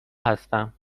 هستم